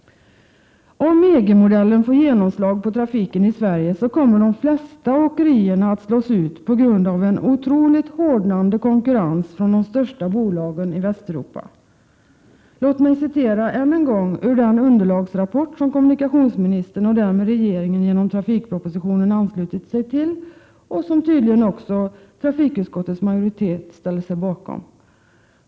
Om EG-modellen får genomslag på trafiken i Sverige kommer de flesta åkerierna att slås ut på grund av den otroligt hårdnande konkurrensen från de största bolagen i Västeuropa. Låt mig än en gång få citera ur den underlagsrapport som kommunikationsministern och därmed regeringen i trafikpropositionen anslutit sig till och som tydligen även trafikutskottets majoritet ställer sig bakom.